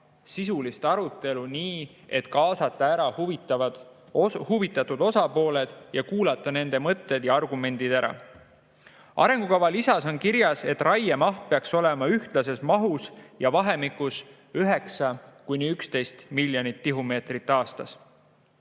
sisulist arutelu nii, et kaasata huvitatud osapooli ja kuulata nende mõtted ja argumendid ära. Arengukava lisas on kirjas, et raiemaht peaks olema ühtlases mahus ja vahemikus 9–11 miljonit tihumeetrit aastas.